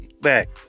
back